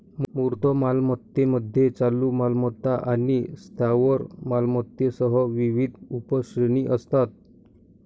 मूर्त मालमत्तेमध्ये चालू मालमत्ता आणि स्थावर मालमत्तेसह विविध उपश्रेणी असतात